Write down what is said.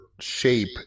shape